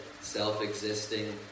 self-existing